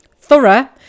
thorough